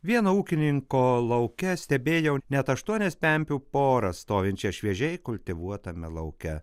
vieno ūkininko lauke stebėjau net aštuonias pempių poras stovinčias šviežiai kultivuotame lauke